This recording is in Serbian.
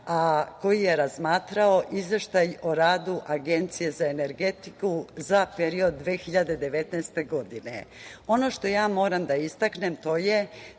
koji je razmatrao izveštaj o radu Agencije za energetiku za period 2019. godine. Ono što moram da istaknem jeste